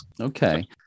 Okay